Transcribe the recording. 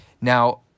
Now